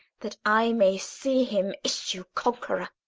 that i may see him issue conqueror!